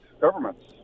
governments